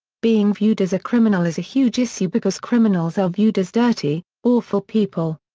being viewed as a criminal is a huge issue because criminals are viewed as dirty, awful people.